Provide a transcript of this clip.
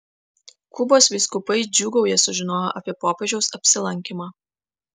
kubos vyskupai džiūgauja sužinoję apie popiežiaus apsilankymą